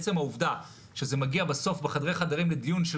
עצם העובדה שזה מגיע בסוף בחדרי חדרים לדיון של